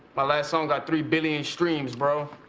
my last song got three billion streams bro.